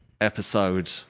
episode